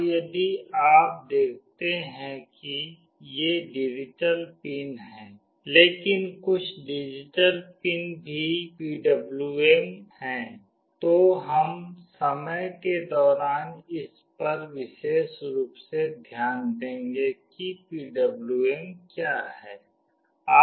और यदि आप देखते हैं कि ये डिजिटल पिन हैं लेकिन कुछ डिजिटल पिन भी PWM हैं तो हम समय के दौरान इस पर विशेष रूप से ध्यान देंगे कि PWM क्या है